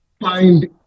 find